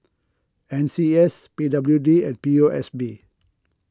N C S P W D and P O S B